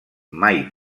mai